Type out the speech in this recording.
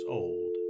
old